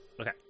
Okay